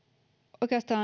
oikeastaan